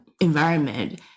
environment